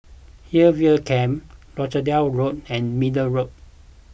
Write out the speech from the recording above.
Hillview Camp Rochdale Road and Middle Road